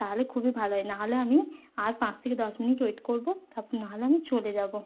তাহলে খুবই ভালো হয় নাহলে আমি আর পাঁচ থেকে দশ মিনিট ওয়েট করবো তাপর না হলে আমি চলে যাবো